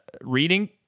reading